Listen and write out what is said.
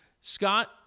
Scott